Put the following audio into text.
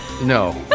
No